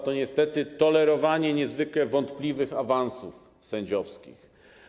Chodzi niestety o tolerowanie niezwykle wątpliwych awansów sędziowskich.